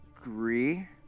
agree